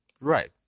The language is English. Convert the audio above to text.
Right